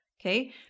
Okay